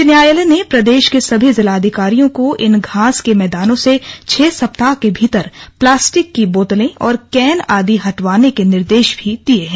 उच्च न्यायालय ने प्रदेश के सभी जिलाधिकारियों को इन घास के मैदानों से छह सप्ताह के भीतर प्लास्टिक की बोतलें और कैन आदि हटवाने के निर्देश भी दिये हैं